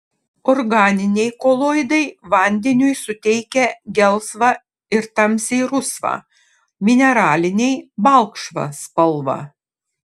organiniai koloidai vandeniui suteikia gelsvą ir tamsiai rusvą mineraliniai balkšvą spalvą